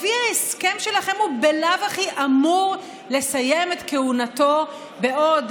לפי ההסכם שלכם הוא בלאו הכי אמור לסיים את כהונתו בעוד,